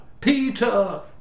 Peter